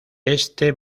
este